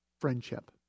friendship